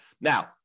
Now